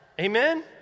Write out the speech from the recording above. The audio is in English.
Amen